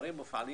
אנחנו,